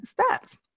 steps